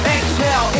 Exhale